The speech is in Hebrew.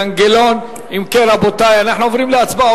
אם כן, רבותי, אנחנו עוברים להצבעה.